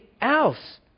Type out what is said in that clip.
else